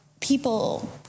people